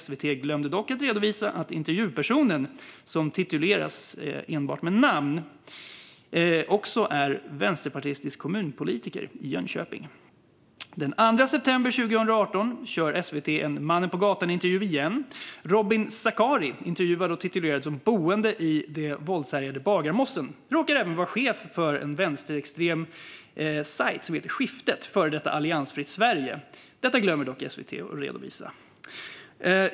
SVT glömde dock redovisa att intervjupersonen, som titulerades enbart med namn, också är vänsterpartistisk kommunpolitiker i Jönköping. Den 2 september 2018 körde SVT en mannen-på-gatan-intervju igen. Robin Zachari, intervjuad och titulerad som boende i det våldshärjade Bagarmossen, råkar även vara chef för en vänsterextrem sajt som heter Skiftet, före detta Alliansfritt Sverige. Detta glömde dock SVT att redovisa.